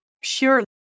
Sure